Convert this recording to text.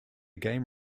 game